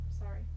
Sorry